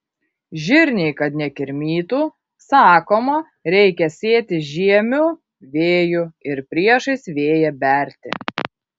žirniai kad nekirmytų sakoma reikia sėti žiemiu vėju ir priešais vėją berti